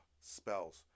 spells